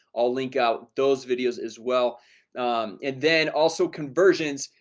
i'll link out those videos as well and then also conversions.